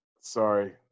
sorry